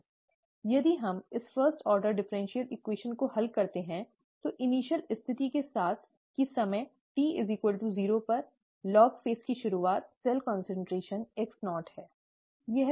यदि हम इस first order differential equation को हल करते हैं तो प्रारंभिक स्थिति के साथ कि समय t 0 पर लॉग चरण की शुरुआत सेल कॉन्सन्ट्रेशन x0 है ठीक है